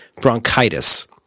bronchitis